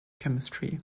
chemistry